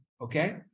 okay